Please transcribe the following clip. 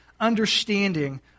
understanding